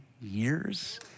years